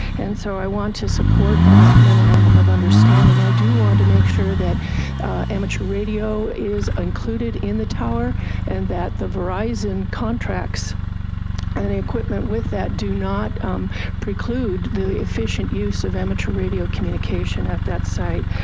and so i want to support hat memorandum of understanding. i do want to make sure that amateur radio is included in the tower and that the verizon and contracts and the equipment with that do not preclude the efficient use of amateur radio communication at that site.